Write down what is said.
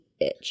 itch